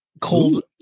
Cold